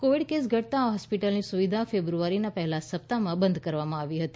Covid case ઘટતાં આ હોસ્પિટલની સુવિધા ફેબ્રુઆરીના પહેલા સપ્તાહમાં બંધ કરવામાં આવી હતી